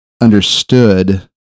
understood